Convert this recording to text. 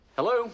Hello